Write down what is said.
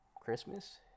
Christmas